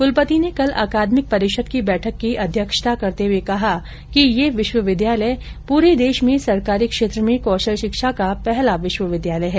कुलपति ने कल अकादमिक परिषद की बैठक की अध्यक्षता करते हुए कहा कि यह विश्वविद्यालय पूरे देश में सरकारी क्षेत्र में कौशल शिक्षा के लिए पहला विश्वविद्यालय है